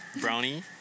brownie